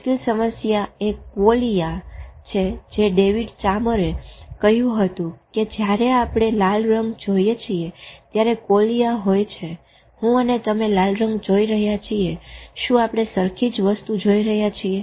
મુશ્કેલ સમસ્યાએ ક્વોલિઆ છે જે ડેવિડ ચામરએ કહ્યું હતું કે જયારે આપણે લાલ રંગ જોઈ છી ત્યારે કવોલિયા હોય છે હું અને તમે લાલ રંગ જોઈ રહ્યા છીએ શું આપણે સરખી જ વસ્તુ જોઈ રહ્યા છીએ